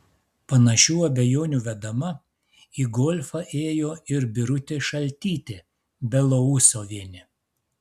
panašių abejonių vedama į golfą ėjo ir birutė šaltytė belousovienė